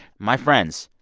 my friends,